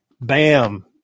bam